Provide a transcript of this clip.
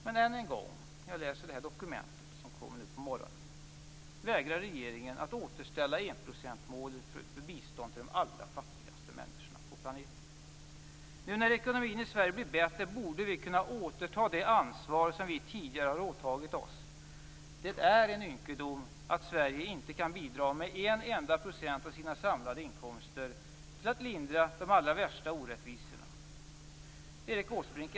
Men än en gång vägrar regeringen att återställa enprocentsmålet för bistånd till de allra fattigaste människorna på planeten. Nu, när ekonomin i Sverige blir bättre, borde vi kunna återta det ansvar som vi tidigare har åtagit oss. Det är en ynkedom att Sverige inte kan bidra med en enda procent av sina samlade inkomster till att lindra de allra värsta orättvisorna. Erik Åsbrink!